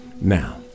Now